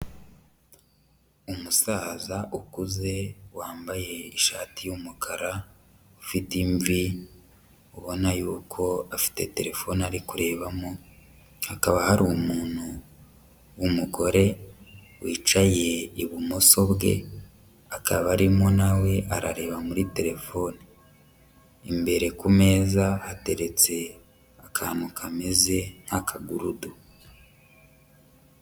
Umusaza ukuze wambaye ishati y'umukara ufite imvi, ubona y'uko afite terefone ari kurebamo, hakaba hari umuntu w'umugore wicaye ibumoso bwe akaba arimo na we arareba muri telefone, imbere ku meza hateretse akantu kameze nk'akagurudu.